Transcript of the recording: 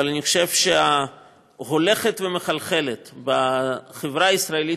אבל אני חושב שהולכת ומחלחלת בחברה הישראלית